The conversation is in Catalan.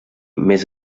més